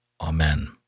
Amen